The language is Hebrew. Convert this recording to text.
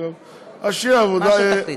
מה שתחליט.